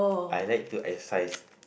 I like to exercise